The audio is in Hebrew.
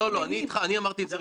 גם מחר זה בסדר.